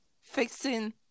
fixing